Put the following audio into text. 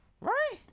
right